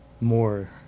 more